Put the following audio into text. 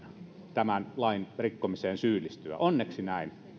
tämän lain rikkomiseen syyllistyä onneksi näin